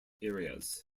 areas